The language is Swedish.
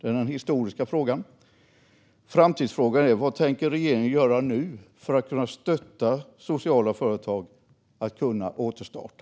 Det är den historiska frågan. Framtidsfrågan är: Vad tänker regeringen göra nu för att stötta sociala företag så att de kan återstarta?